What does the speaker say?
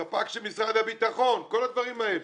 ספק של משרד הביטחון, כל הדברים האלה.